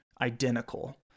identical